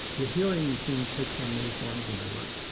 the healing thing takes on many forms in my work